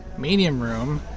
medium room,